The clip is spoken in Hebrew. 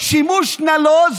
שימוש נלוז